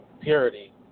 purity